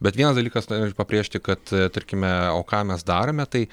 bet vienas dalykas noriu pabrėžti kad tarkime o ką mes darome tai